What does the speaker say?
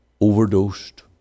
overdosed